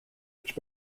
which